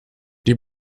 die